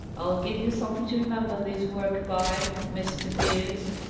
i'll give you something to remember this work by, mr. pierce.